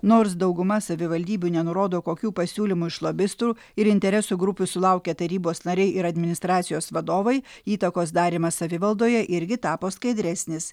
nors dauguma savivaldybių nenurodo kokių pasiūlymų iš lobistų ir interesų grupių sulaukia tarybos nariai ir administracijos vadovai įtakos darymas savivaldoje irgi tapo skaidresnis